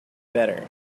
better